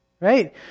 Right